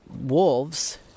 wolves